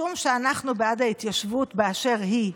משום שאנחנו בעד ההתיישבות באשר היא,